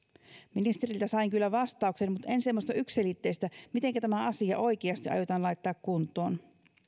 ministeriltä sain kyllä vastauksen mutta en semmoista yksiselitteistä mitenkä tämä asia oikeasti aiotaan laittaa kuntoon